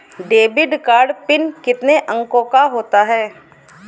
Debit card pin कितने अंकों का होता है?